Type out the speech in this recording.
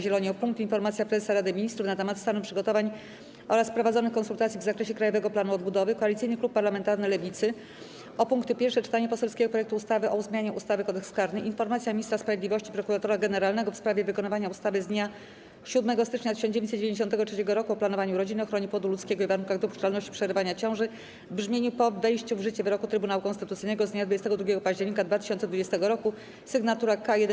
Zieloni o punkt: - Informacja Prezesa Rady Ministrów na temat stanu przygotowań oraz prowadzonych konsultacji w zakresie Krajowego Planu Odbudowy, - Koalicyjny Klub Parlamentarny Lewicy o punkty: - Pierwsze czytanie poselskiego projektu ustawy o zmianie ustawy - Kodeks karny, - Informacja Ministra Sprawiedliwości, Prokuratora Generalnego w sprawie wykonywania ustawy z dnia 7 stycznia 1993 r. o planowaniu rodziny, ochronie płodu ludzkiego i warunkach dopuszczalności przerywania ciąży w brzmieniu po wejściu w życie wyroku Trybunału Konstytucyjnego z dnia 22 października 2020 roku (sygn. K 1/20)